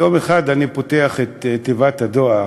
יום אחד אני פותח את תיבת הדואר